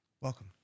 Welcome